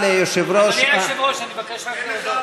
אדוני היושב-ראש, אני מבקש רק להודות.